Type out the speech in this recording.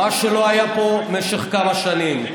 מה שלא היה פה משך כמה שנים.